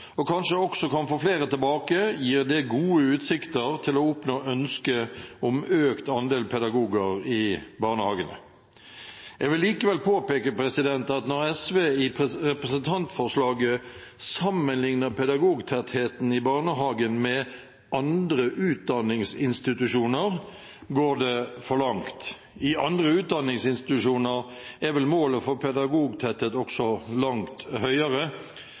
og kanskje også kan få flere tilbake, gir det gode utsikter til å oppnå ønsket om økt andel pedagoger i barnehagene. Jeg vil likevel påpeke at når SV i representantforslaget sammenligner pedagogtettheten i barnehagen med «andre utdanningsinstitusjoner», går det for langt. I andre utdanningsinstitusjoner er vel målet for pedagogtetthet også langt høyere.